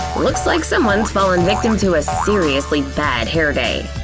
looks like someone's fallen victim to a seriously bad hair day.